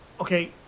okay